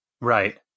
right